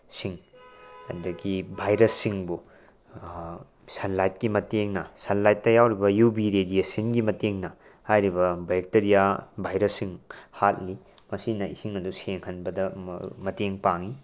ꯁꯤꯡ ꯑꯗꯨꯗꯒꯤ ꯚꯥꯏꯔꯁꯁꯤꯡꯕꯨ ꯁꯟꯂꯥꯏꯠꯀꯤ ꯃꯇꯦꯡꯅ ꯁꯟꯂꯥꯏꯠꯇ ꯌꯥꯎꯔꯤꯕ ꯌꯨ ꯚꯤ ꯔꯦꯗꯤꯌꯦꯁꯟꯒꯤ ꯃꯇꯦꯡꯅ ꯍꯥꯏꯔꯤꯕ ꯕꯦꯛꯇꯔꯤꯌꯥ ꯚꯥꯏꯔꯁꯁꯤꯡ ꯍꯥꯠꯂꯤ ꯃꯁꯤꯅ ꯏꯁꯤꯡ ꯑꯗꯨ ꯁꯦꯡꯍꯟꯕꯗ ꯃꯇꯦꯡ ꯄꯥꯡꯏ